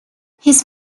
his